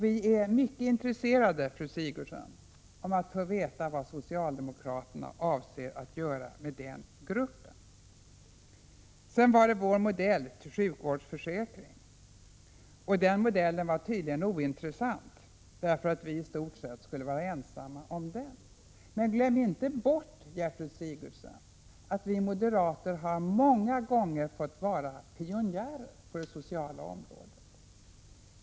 Vi är mycket intresserade, fru Sigurdsen, att få veta vad socialdemokraterna avser att göra med den gruppen. Sedan till vår modell för sjukvårdsförsäkring. Modellen var tydligen ointressant, därför att vi i stort sett skulle vara ensamma om den. Glöm inte bort, fru Sigurdsen, att vi moderater många gånger har fått vara pionjärer på det sociala området.